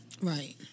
Right